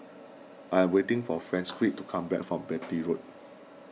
I am waiting for Francisqui to come back from Beatty Road